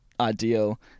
ideal